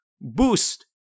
boost